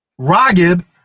Ragib